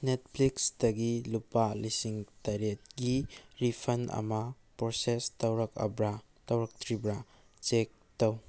ꯅꯦꯠꯐ꯭ꯔꯤꯛꯁꯇꯒꯤ ꯂꯨꯄꯥ ꯂꯤꯁꯤꯡ ꯇꯔꯦꯠꯀꯤ ꯔꯤꯐꯟ ꯑꯃ ꯄ꯭ꯔꯣꯁꯦꯁ ꯇꯧꯔꯛꯑꯕ꯭ꯔꯥ ꯇꯧꯔꯛꯇ꯭ꯔꯤꯕ ꯆꯦꯛ ꯇꯧ